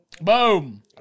boom